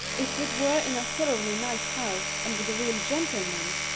if it were in a thoroughly nice house, and with a real gentleman